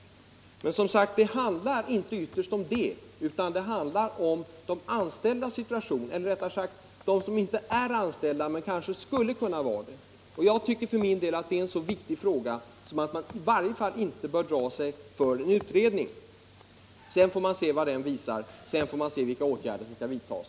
Men det handlar inte ytterst om detta, utan det handlar om deras situation som inte är anställda och som skulle kunna vara det. Det är en så viktig fråga att man i varje fall inte bör dra sig för en utredning. Sedan får man se vad den visar och vilka åtgärder som skall vidtas.